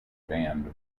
band